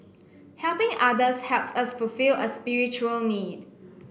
helping others helps us fulfil a spiritual need